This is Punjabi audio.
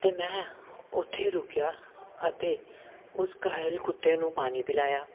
ਅਤੇ ਮੈਂ ਉੱਥੇ ਰੁਕਿਆ ਅਤੇ ਉਸ ਘਾਇਲ ਕੁੱਤੇ ਨੂੰ ਪਾਣੀ ਪਿਲਾਇਆ